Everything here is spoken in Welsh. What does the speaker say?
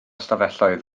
stafelloedd